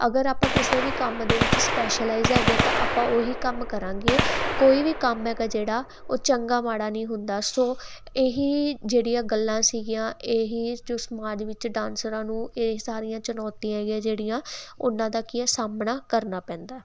ਅਗਰ ਆਪਾਂ ਕਿਸੇ ਵੀ ਕੰਮ ਦੇ ਵਿੱਚ ਸਪੈਸ਼ਲਜ ਹੈਗੇ ਤਾਂ ਆਪਾਂ ਉਹੀ ਕੰਮ ਕਰਾਂਗੇ ਕੋਈ ਵੀ ਕੰਮ ਹੈਗਾ ਜਿਹੜਾ ਉਹ ਚੰਗਾ ਮਾੜਾ ਨਹੀਂ ਹੁੰਦਾ ਸੋ ਇਹੀ ਜਿਹੜੀਆਂ ਗੱਲਾਂ ਸੀਗੀਆਂ ਇਹੀ ਜੋ ਸਮਾਜ ਵਿੱਚ ਡਾਂਸਰਾਂ ਨੂੰ ਇਹ ਸਾਰੀਆਂ ਚੁਨੌਤੀਆਂ ਹੈਗੀਆਂ ਜਿਹੜੀਆਂ ਉਹਨਾਂ ਦਾ ਕੀ ਆ ਸਾਹਮਣਾ ਕਰਨਾ ਪੈਂਦਾ